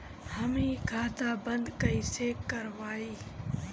हम इ खाता बंद कइसे करवाई?